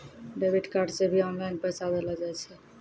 debit card से भी online पैसा देलो जाय छै